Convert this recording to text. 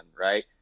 right